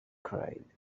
cried